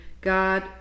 God